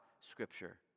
Scripture